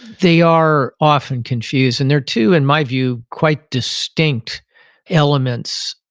they are often confused, and they're two, in my view, quite distinct elements.